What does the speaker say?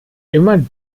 immer